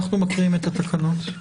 אנחנו מקריאים את התקנות.